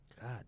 God